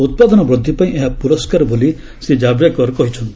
ଉତ୍ପାଦନ ବୃଦ୍ଧିପାଇଁ ଏହା ପୁରସ୍କାର ବୋଲି ଶ୍ରୀ ଭାବ୍ଡେକର କହିଛନ୍ତି